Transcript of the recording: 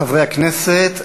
חברי הכנסת,